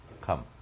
come